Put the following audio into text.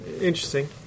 Interesting